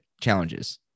challenges